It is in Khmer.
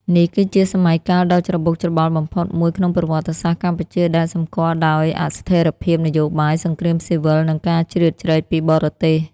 នេះគឺជាសម័យកាលដ៏ច្របូកច្របល់បំផុតមួយក្នុងប្រវត្តិសាស្ត្រកម្ពុជា ដែលសម្គាល់ដោយអស្ថិរភាពនយោបាយ សង្គ្រាមស៊ីវិល និងការជ្រៀតជ្រែកពីបរទេស។